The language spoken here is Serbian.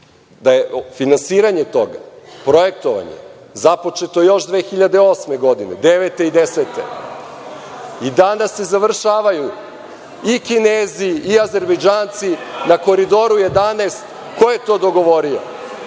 da je finansiranje toga, projektovanje započeto još 2008. godine, 2009. i 2010. godine, i danas se završavaju i Kinezi i Azerbejdžani na Koridoru 11. Ko je to dogovorio?